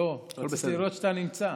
לא, רציתי לראות שאתה נמצא.